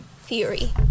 theory